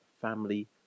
family